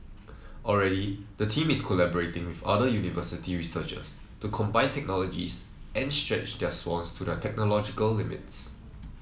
already the team is collaborating with other university researchers to combine technologies and stretch the swans to their technological limits